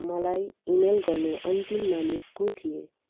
मलाई इमेल गर्ने अन्तिम मानिस को थिए